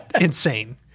insane